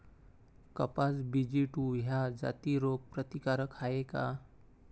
कपास BG two ह्या जाती रोग प्रतिकारक हाये का?